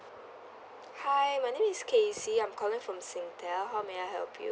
hi my name is casey I'm calling from Singtel how may I help you